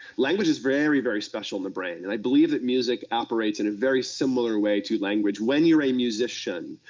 language is very, very special in the brain, and i believe that music operates in a very similar way to language when youire a musician.